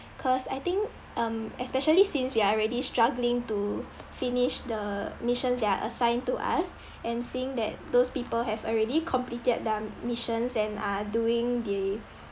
cause I think um especially since we are already struggling to finish the missions that are assigned to us and seeing that those people have already completed their missions and are doing the